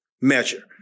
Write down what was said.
measure